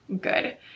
good